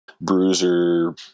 bruiser